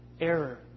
error